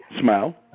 Smile